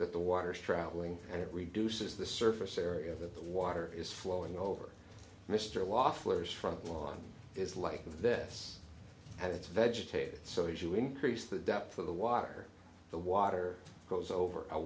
that the water is travelling and it reduces the surface area of the water is flowing over mr loffler is front lawn is like of this and it's vegetative so if you increase the depth of the water the water goes over a